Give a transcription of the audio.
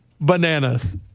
bananas